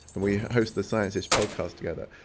and we host the scientist podcast together,